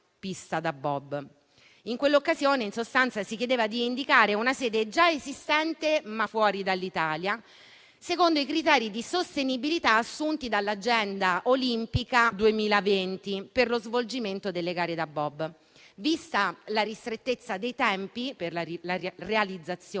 In quell'occasione, in sostanza, si chiedeva di indicare una sede già esistente, ma fuori dall'Italia, secondo i criteri di sostenibilità assunti dall'Agenda olimpica 2020 per lo svolgimento delle gare da bob, viste la ristrettezza dei tempi per la realizzazione